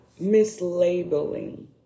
mislabeling